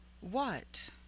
What